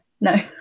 No